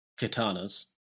katanas